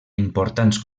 importants